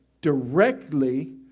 directly